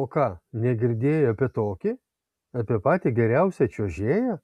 o ką negirdėjai apie tokį apie patį geriausią čiuožėją